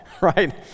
right